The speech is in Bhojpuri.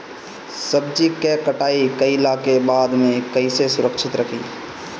सब्जी क कटाई कईला के बाद में कईसे सुरक्षित रखीं?